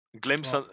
Glimpse